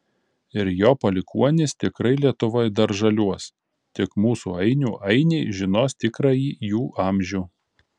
ir jo palikuonys tikrai lietuvoje dar žaliuos tik mūsų ainių ainiai žinos tikrąjį jų amžių